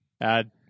Add